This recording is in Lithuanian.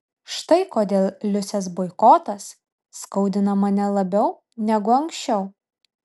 štai kodėl liusės boikotas skaudina mane labiau negu anksčiau